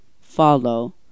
Follow